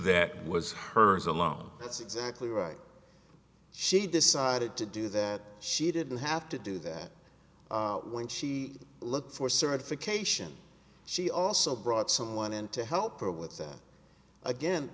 that was hers alone that's exactly right she decided to do that she didn't have to do that when she looked for certification she also brought someone in to help her with that again